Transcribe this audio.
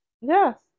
Yes